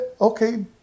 okay